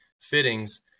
fittings